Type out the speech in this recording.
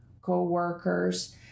co-workers